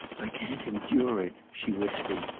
i can't endure it! she whispered.